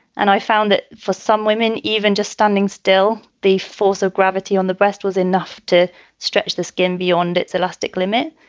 and i found that for some women, even just standing still, the force of gravity on the breast was enough to stretch the skin beyond its elastic limit.